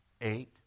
eight